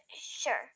sure